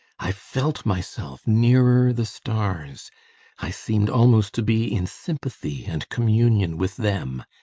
i felt myself nearer the stars i seemed almost to be in sympathy and communion with them.